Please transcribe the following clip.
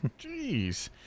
Jeez